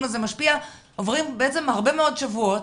הזה משפיע עוברים הרבה מאוד שבועות,